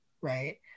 right